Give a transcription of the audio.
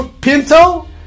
Pinto